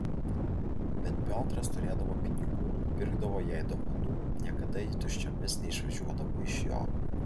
bet piotras turėdavo pinigų nupirkdavo jai dovanų niekada ji tuščiomis neišvažiuodavo iš jo